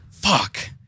Fuck